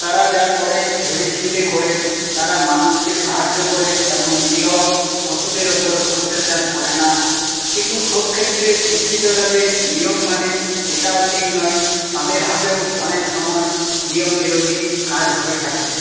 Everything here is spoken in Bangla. তারা যা করে ভেবেচিন্তে করে তারা মানুষকে সাহায্য করে এবং নিরীহ পশুদের উপর অত্যাচার করেনা কিন্তু সব ক্ষেত্রে শিক্ষিতরা যে নিয়ম মানে এটাও ঠিক নয় তাদের হাতেও অনেক সময় নিয়মবিরোধী কাজ হয়ে থাকে